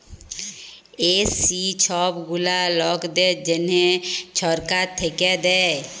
SC ছব গুলা লকদের জ্যনহে ছরকার থ্যাইকে দেয়